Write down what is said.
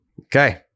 Okay